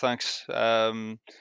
Thanks